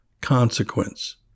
consequence